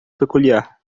peculiar